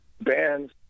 bands